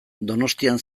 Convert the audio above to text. donostian